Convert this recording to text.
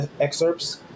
excerpts